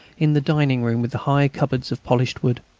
in the dining-room with the high cupboards of polished wood.